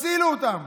תצילו אותם.